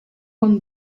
one